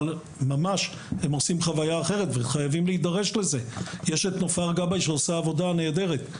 יש את נופר גבאי שעושה עבודה נהדרת.